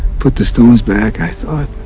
put the stones back i thought